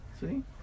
see